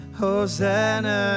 hosanna